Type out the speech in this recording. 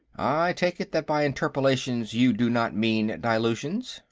i take it that by interpolations you do not mean dilutions?